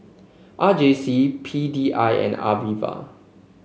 R J C P D I and